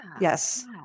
Yes